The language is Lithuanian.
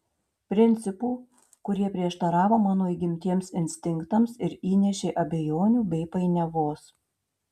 principų kurie prieštaravo mano įgimtiems instinktams ir įnešė abejonių bei painiavos